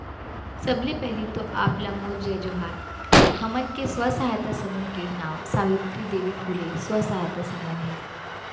सबले पहिली तो आप ला मोर जय जोहार, हमन के स्व सहायता समूह के नांव सावित्री देवी फूले स्व सहायता समूह हे